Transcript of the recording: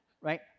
right